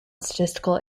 statistical